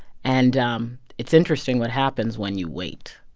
and um it's interesting what happens when you wait